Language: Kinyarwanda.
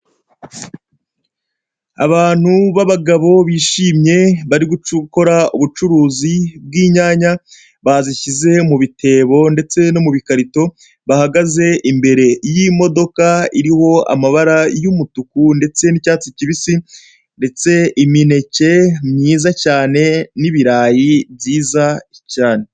Abantu b'abagabo bishimye bari gukora ubucuruzi bw'inyanya, bazishyize mu bitebo ndetse no mu bikarito, bahagaze imbere y'imodoka iriho amabara y'umutuku ndetse n'icyatsi kibisi, ndetse imineke myiza cyane n'ibirayi byiza cyane.